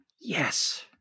Yes